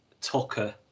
Tucker